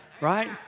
Right